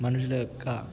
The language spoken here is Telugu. మనుష్యుల యొక్క